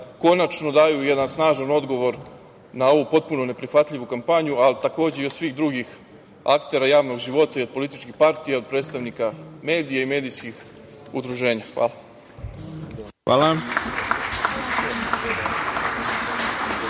konačno daju jedan snažan odgovor na ovu potpuno neprihvatljivu kampanju, a takođe i od svih drugih aktera javnog života i od političkih partija, od predstavnika medija i medijskih udruženja. Hvala. **Ivica